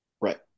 Right